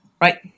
Right